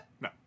No